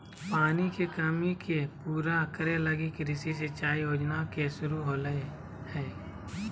पानी के कमी के पूरा करे लगी कृषि सिंचाई योजना के शुरू होलय हइ